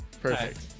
perfect